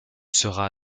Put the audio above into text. sera